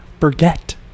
forget